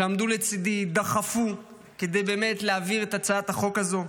שעמדו לצידי ודחפו כדי להעביר את הצעת החוק הזאת.